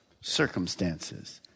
circumstances